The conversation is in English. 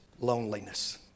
loneliness